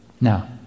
Now